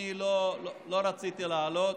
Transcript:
אני לא רציתי לעלות,